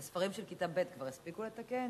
את הספרים של כיתה ב' כבר הספיקו לתקן?